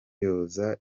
yoza